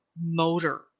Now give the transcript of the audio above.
motor